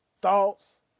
thoughts